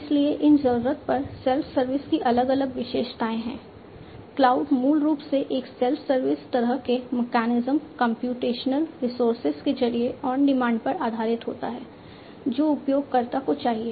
इसलिए इन जरूरत पर सेल्फ सर्विस की अलग अलग विशेषताएं हैं क्लाउड मूल रूप से एक सेल्फ सर्विस तरह के मैकेनिज्म कम्प्यूटेशनल रिसोर्सेज के जरिए ऑन डिमांड पर आधारित होता है जो उपयोगकर्ता को चाहिए